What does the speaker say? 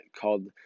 called